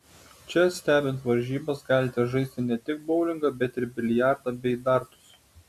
čia stebint varžybas galite žaisti ne tik boulingą bet ir biliardą bei dartus